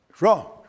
Wrong